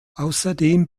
außerdem